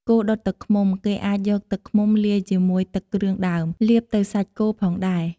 គោដុតទឹកឃ្មុំ គេអាចយកទឹកឃ្មុំលាយជាមួយទឹកគ្រឿងដើម លាបទៅសាច់គោផងដែរ។